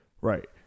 Right